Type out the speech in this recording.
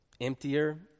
emptier